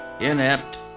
inept